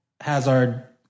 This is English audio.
Hazard